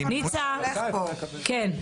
כן?